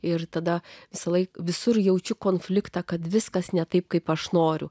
ir tada visąlaik visur jaučiu konfliktą kad viskas ne taip kaip aš noriu